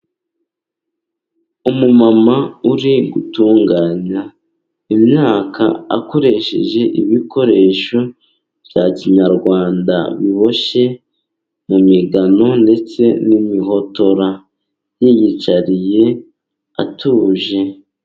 Umumama uri gutunganya imyaka akoresheje ibikoresho bya Kinyarwanda biboshye mu migano ndetse n'imihotora yiyicariye atuje.